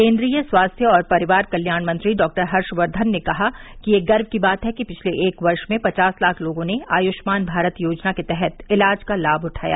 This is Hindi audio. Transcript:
केन्द्रीय स्वास्थ्य और परिवार कल्याण मंत्री डॉक्टर हर्षवर्धन ने कहा कि यह गर्व की बात है कि पिछले एक वर्ष में पचास लाख लोगों ने आयुष्मान भारत योजना के तहत इलाज का लाभ उठाया